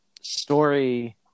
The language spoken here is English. story